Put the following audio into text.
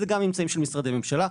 אלה גם הממצאים של משרדי ממשלה,